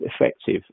effective